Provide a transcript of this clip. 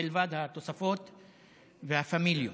מלבד התוספות והפמליות.